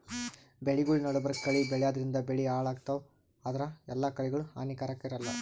ಬೆಳಿಗೊಳ್ ನಡಬರ್ಕ್ ಕಳಿ ಬೆಳ್ಯಾದ್ರಿನ್ದ ಬೆಳಿ ಹಾಳಾಗ್ತಾವ್ ಆದ್ರ ಎಲ್ಲಾ ಕಳಿಗೋಳ್ ಹಾನಿಕಾರಾಕ್ ಇರಲ್ಲಾ